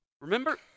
Remember